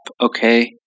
okay